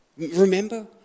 Remember